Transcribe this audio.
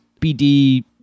BD